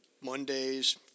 Mondays